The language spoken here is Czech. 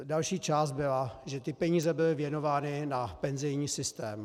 Další část byla, že ty peníze byly věnovány na penzijní systém.